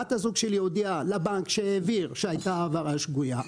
בת הזוג שלי הודיעה לבנק שהעביר שהייתה העברה שגויה,